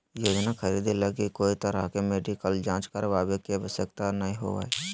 योजना खरीदे लगी कोय तरह के मेडिकल जांच करावे के आवश्यकता नयय हइ